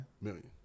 Million